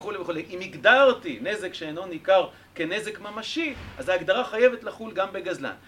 קודם כל, אם הגדרתי נזק שאינו ניכר כנזק ממשי, אז ההגדרה חייבת לחול גם בגזלן.